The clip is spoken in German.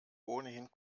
ohnehin